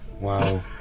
wow